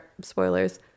spoilers